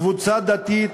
קבוצה דתית,